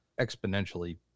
exponentially